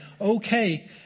okay